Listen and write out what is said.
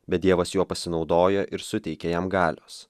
bet dievas juo pasinaudojo ir suteikė jam galios